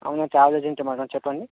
అవును ట్రావెల్ ఏజెంటే మ్యాడమ్ చెప్పండి